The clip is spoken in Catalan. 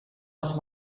els